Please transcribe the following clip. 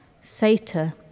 Satan